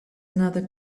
another